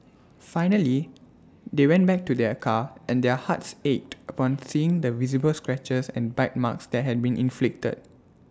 finally they went back to their car and their hearts ached upon seeing the visible scratches and bite marks that had been inflicted